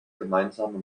gemeinsame